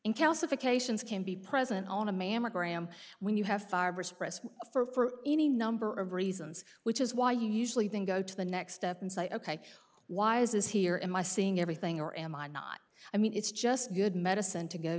in calcifications can be present on a mammogram when you have for any number of reasons which is why you usually then go to the next step and say ok why is this here am i seeing everything or am i not i mean it's just good medicine to go